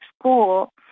school